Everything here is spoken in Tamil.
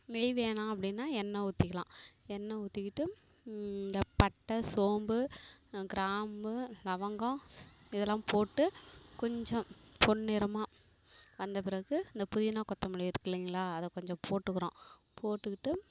நெய் வேணாம் அப்படின்னா எண்ணெய் ஊற்றிக்கலாம் எண்ணெய் ஊற்றிக்கிட்டு இந்த பட்டை சோம்பு கிராம்பு லவங்கம் இதெல்லாம் போட்டு கொஞ்சம் பொன்னிறமாக வந்த பிறகு இந்த புதினா கொத்தமல்லி இருக்குது இல்லைங்களா அதை கொஞ்சம் போட்டுக்கிறோம் போட்டுக்கிட்டு